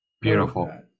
beautiful